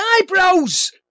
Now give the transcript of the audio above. eyebrows